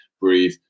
breathe